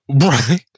Right